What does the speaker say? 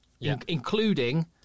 Including